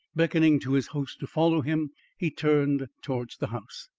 beckoning to his host to follow him, he turned towards the house.